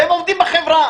והם עובדים בחברה.